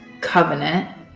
covenant